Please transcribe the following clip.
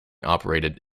operated